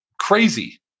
crazy